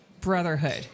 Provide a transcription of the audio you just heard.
brotherhood